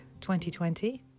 2020